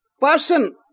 person